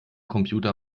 computer